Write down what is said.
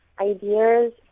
ideas